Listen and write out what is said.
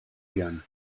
again